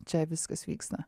čia viskas vyksta